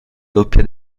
doppia